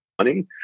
money